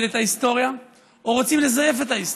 את ההיסטוריה או רוצים לזייף את ההיסטוריה.